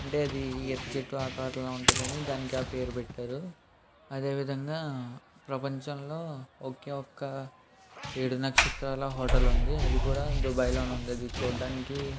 అంటే అది ఈత చెట్టు ఆకారంలో ఉంటుందని దానికి ఆ పేరు పెట్టారు అదేవిధంగా ప్రపంచంలో ఒకే ఒక్క ఏడు నక్షత్రాల హోటల్ ఉంది అది కూడా దుబాయ్లోనే ఉంది అది చూడటానికి